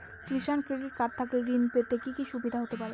কিষান credit card থাকলে ঋণ পেতে কি কি সুবিধা হতে পারে?